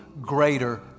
greater